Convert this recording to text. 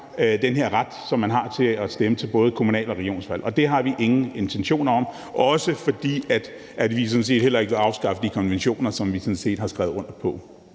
den ret, som man har til at stemme til både kommunal- og regionsvalg, og det har vi ingen intentioner om, også fordi vi heller ikke vil afskaffe de konventioner, som vi har skrevet under på.